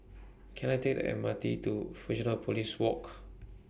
Can I Take The M R T to Fusionopolis Walk